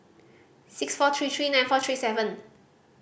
six four three three nine four three seven